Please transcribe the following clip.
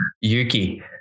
Yuki